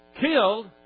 killed